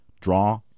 draw